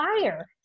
fire